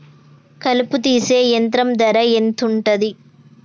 కలుపు తీసే యంత్రం ధర ఎంతుటది?